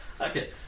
Okay